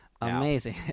Amazing